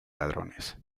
ladrones